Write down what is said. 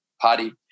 party